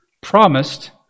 promised